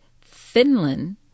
Finland